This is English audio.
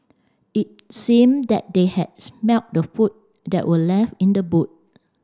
it seemed that they had smelt the food that were left in the boot